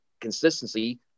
consistency